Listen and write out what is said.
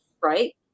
right